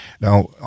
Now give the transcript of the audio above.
Now